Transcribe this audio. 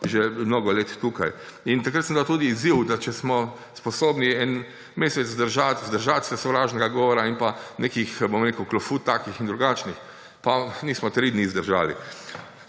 že mnogo let tukaj. In takrat sem dal tudi izziv, da če smo sposobni en mesec vzdržati se sovražnega govora in pa nekih, bom rekel, klofut, takih in drugačnih. Pa nismo tri dni zdržali.